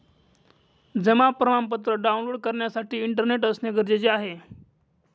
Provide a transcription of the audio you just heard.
जमा प्रमाणपत्र डाऊनलोड करण्यासाठी इंटरनेट असणे गरजेचे आहे